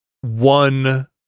one